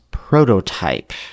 prototype